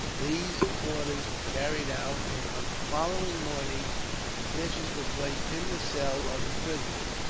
these orders were carried out, and on the following morning the dishes were placed in the cell of the prisoner.